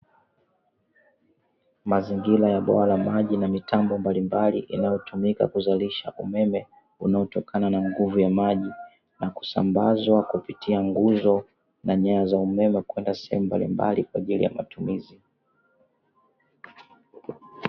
Mazingira ya bwawa la maji na mitambo mbalimbali, yanayotumika kuzalisha umeme unaotokana na nguvu ya maji na kusambazwa kupitia nguzo na nyaya za umeme kwenda sehemu mbalimbali kwa ajili ya matumizi.